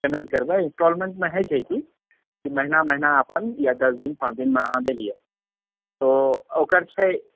payment करबै इन्सटॉलमेंटमे होइत छै कि महीना महीना अपन या दश दिन पाँच दिनमे अहाँ देलियै ओ ओकर छै